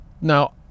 Now